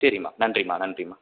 சரிம்மா நன்றிம்மா நன்றிம்மா